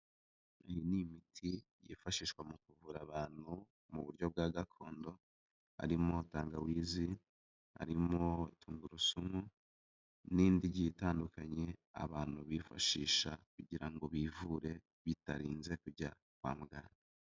Ni imiti yifashishwa mu kuvura abantu mu buryo bwa gakondo, harimo tangawizi, harimo tungurusumu, n'indi igiye itandukanye, abantu bifashisha kugira ngo bivure bitarinze kujya kwa muganga.